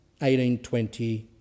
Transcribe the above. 1820